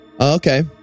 Okay